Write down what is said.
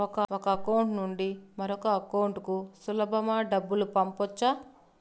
ఒక అకౌంట్ నుండి మరొక అకౌంట్ కు సులభమా డబ్బులు పంపొచ్చా